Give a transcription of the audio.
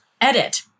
Edit